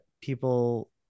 people